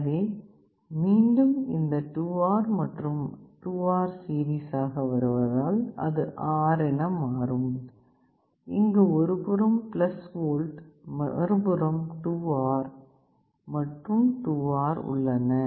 எனவே மீண்டும் இந்த 2 R மற்றும் 2 R சீரிஸ் ஆக வருவதால் அது R என மாறும் இங்கு ஒருபுறம் V மறுபுறம் 2R மற்றும் 2R உள்ளன